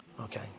Okay